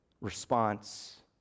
response